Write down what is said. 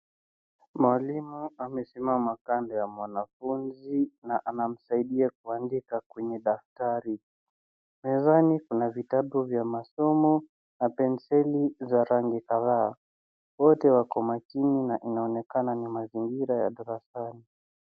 Mwalimu amesimama kando ya mwanafunzi na anamsaidia kuandika kwenye daftari. Mezani kuna vitabu vya masomo na penseli za rangi kadhaa. Wote wako makini na inaonekana ni mazingira ya darasani.